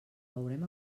veurem